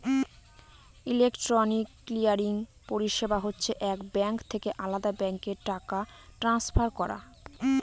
electronic clearing পরিষেবা হচ্ছে এক ব্যাঙ্ক থেকে আলদা ব্যাঙ্কে টাকা ট্রান্সফার করা